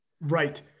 Right